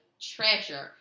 treasure